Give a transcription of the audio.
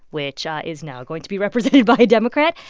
which is now going to be represented by a democrat.